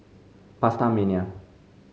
Pasta Mania